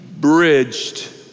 bridged